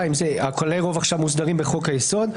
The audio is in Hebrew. כללי הרוב עכשיו מסודרים בחוק היסוד.